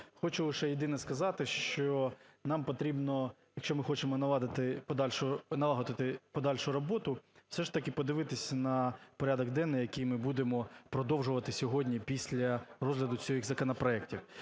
Хочу лише єдине сказати, що нам потрібно, якщо ми хочемо налагодити подальшу роботу, все ж таки подивитися на порядок денний, який ми будемо продовжувати сьогодні після розгляду цих законопроектів.